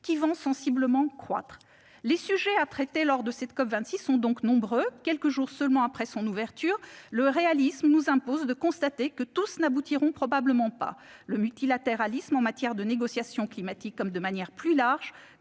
croître sensiblement. Les sujets à traiter lors de cette COP26 sont donc nombreux. Quelques jours seulement après son ouverture, le réalisme nous impose de constater que tous n'aboutiront probablement pas. Le multilatéralisme, en matière de négociations climatiques comme de manière plus large,